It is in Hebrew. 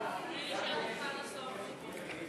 ישראל אייכלר ויעקב אשר, להלן: